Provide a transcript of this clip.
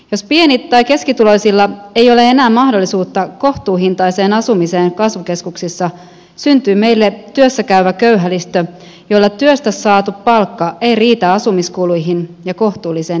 jos pieni tai keskituloisilla ei ole enää mahdollisuutta kohtuuhintaiseen asumiseen kasvukeskuksissa syntyy meille työssäkäyvä köyhälistö jolla työstä saatu palkka ei riitä asumiskuluihin ja kohtuulliseen elämiseen